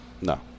No